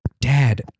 Dad